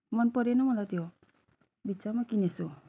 मन परेन मलाई त्यो बित्थामा किनेछु